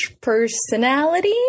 personality